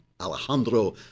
Alejandro